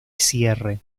cierre